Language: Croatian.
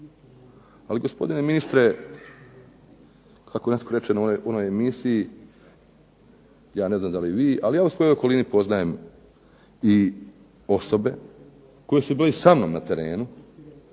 Ali gospodine ministre kako netko reče ja ne znam da li vi, ali ja u svojoj okolini poznajem i osobe koje su bile sa mnom na terenu